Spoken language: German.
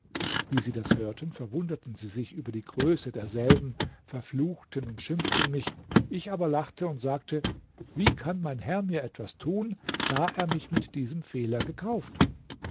wie sie das hörten verwunderten sie sich über die größe derselben verfluchten und schimpften mich ich aber lachte und sagte wie kann mein herr mir etwas tun da er mich mit diesem fehler gekauft